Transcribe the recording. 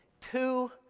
Two